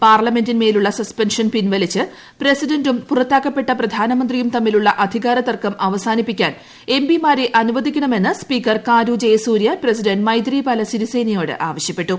പാർലമെന്റിന്മേലുള്ള പിൻവലിച്ച് പ്രസിഡന്റും പുറത്താക്കപ്പെട്ട സസ്പെൻഷൻ പ്രധാനമന്ത്രിയും തമ്മിലുള്ള അധികാര തർക്കം അവസാനിപ്പിക്കാൻ എം പി മാരെ അനുവദിക്കണമെന്ന് സ്പീക്കർ കാരു ജയസൂര്യ പ്രസിഡന്റ് മൈതിരിപാല സിരിസേനയോട് ആവശ്യപ്പെട്ടു